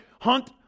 Hunt